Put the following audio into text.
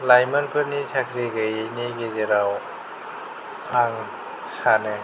लाइमोनफोरनि साख्रि गैयैनि गेजेराव आं सानो